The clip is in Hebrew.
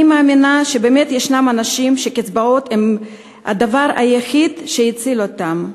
אני מאמינה שבאמת יש אנשים שקצבאות הן הדבר היחיד שמציל אותם.